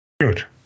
Good